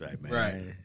Right